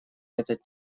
этот